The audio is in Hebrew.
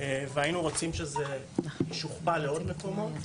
והיינו רוצים שזה ישוכפל לעוד מקומות.